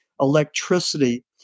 electricity